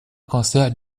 cancer